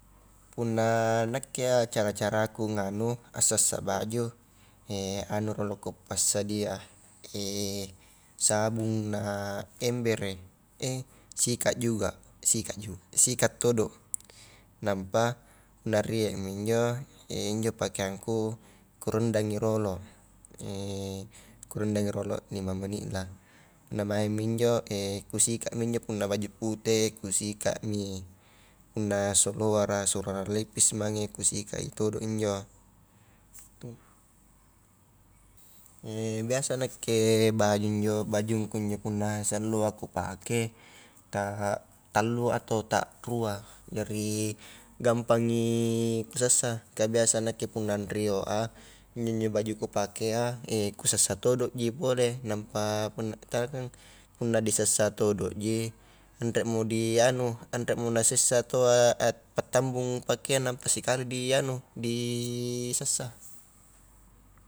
Punna nakke iya cara-caraku nganu, a sassa baju anu rolo ku passadia, sabung na embere, sikat juga, sikat todo nampa punna rie mi injo injo pakeanku ku rendangi rolo kurendangki rolo lima menitlah, punna maingmi injo kusikatmi injo punna baju pute, kusikatmi punna soloara solara levis mange ku sikatki todo injo, biasa nakke bajung injo, bajungu injo punna salloa kupake ta tallu atau ta rua, jari gampangi ku sassa ka biasa nakke punna nrio a, injo-njo baju kupake a ku sassa todo ji pole nampa punna ta kan punna di sassa todo ji anremo di anu anremo nasessa taua attambung pakean nampa sikali dianu di sassa.